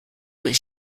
was